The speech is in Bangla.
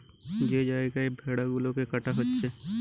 যে জাগাতে ভেড়া গুলাকে কাটা হচ্ছে